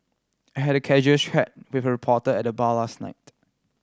I had a casual chat with a reporter at the bar last night